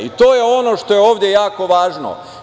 To je ono što je ovde jako važno.